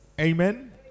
Amen